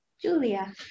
Julia